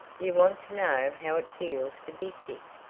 you wanted to know how it feels to be sick.